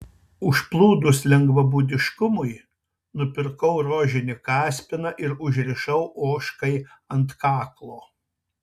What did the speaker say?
užplūdus lengvabūdiškumui nupirkau rožinį kaspiną ir užrišau ožkai ant kaklo